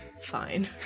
Fine